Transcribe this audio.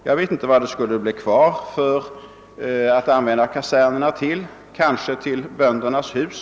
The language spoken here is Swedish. Jag vet inte vad vi i så fall skulle kunna använda kasernerna till — kanske till ett Böndernas hus?